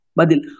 Badil